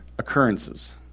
occurrences